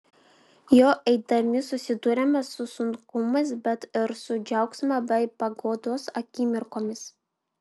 juo eidami susiduriame su sunkumais bet ir su džiaugsmo bei paguodos akimirkomis